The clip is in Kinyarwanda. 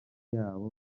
yabo